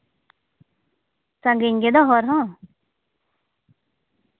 ᱥᱟᱺᱜᱤᱧ ᱜᱮᱫᱚ ᱦᱚᱨ ᱦᱚᱸ